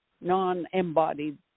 non-embodied